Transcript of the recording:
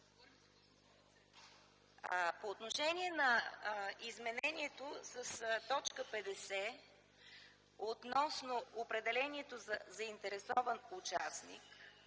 По отношение на изменението в т. 50 относно определението за заинтересован участник.